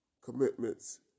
commitments